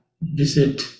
visit